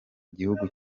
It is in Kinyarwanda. gihugu